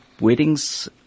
weddings